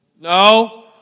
No